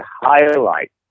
highlight